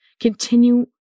Continue